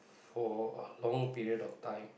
for a long period of time